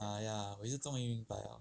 ah ya 我也是终于明白 liao